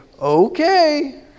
okay